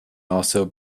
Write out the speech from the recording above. also